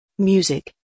Music